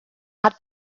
hat